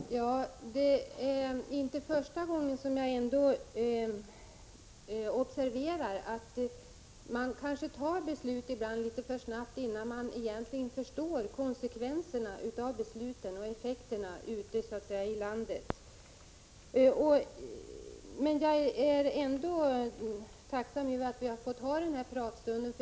Herr talman! Det är inte första gången jag observerar att man fattar beslut litet för snabbt, innan man egentligen förstår vilka konsekvenser besluten får ute i landet. Men jag är ändå tacksam för att vi har haft denna diskussion.